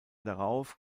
darauf